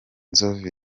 nzovu